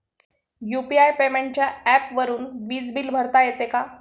UPI पेमेंटच्या ऍपवरुन वीज बिल भरता येते का?